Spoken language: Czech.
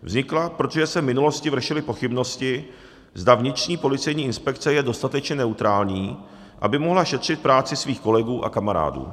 Vznikla, protože se v minulosti vršily pochybnosti, zda vnitřní policejní inspekce je dostatečně neutrální, aby mohla šetřit práci svých kolegů a kamarádů.